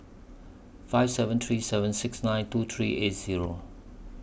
five seven three seven six nine two three eight Zero